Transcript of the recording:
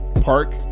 park